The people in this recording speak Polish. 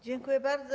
Dziękuję bardzo.